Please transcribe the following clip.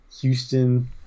Houston